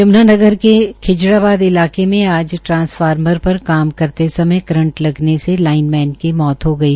यम्नानगर के खिजराबाद इलाके में आज ट्रांसफार्मर पर काम करते समय करंट लगने से लाइन मैन की मौत हो गई